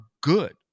good